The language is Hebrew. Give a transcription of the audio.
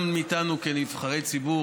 גם מאיתנו כנבחרי ציבור,